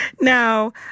Now